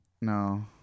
No